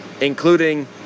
including